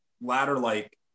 ladder-like